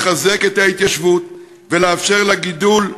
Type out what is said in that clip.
לחזק את ההתיישבות ולאפשר לה גידול,